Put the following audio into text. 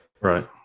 Right